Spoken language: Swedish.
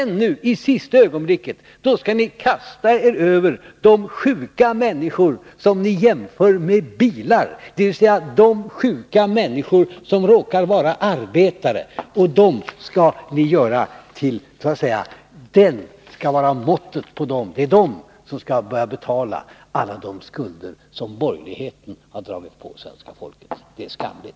Nu i sista ögonblicket skall ni kasta er över de sjuka människor som ni jämför med bilar, dvs. de sjuka människor som råkar vara arbetare. Det är detta som skall vara måttet. Det är dessa människor som skall börja betala alla de skulder som borgerligheten har dragit på svenska folket. Det är skamligt!